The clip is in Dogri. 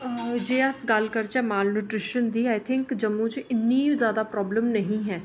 जे अस गल्ल करचै मलन्यूट्रिशन दी आई थिंक जम्मू च इन्नी जैदा प्राब्लम नेईं ऐ